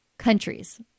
Countries